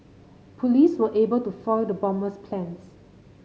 police were able to foil the bomber's plans